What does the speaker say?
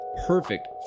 perfect